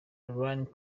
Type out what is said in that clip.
rallying